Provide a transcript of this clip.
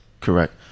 correct